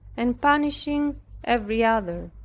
and banishing every other.